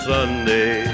Sunday